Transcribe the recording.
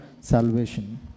salvation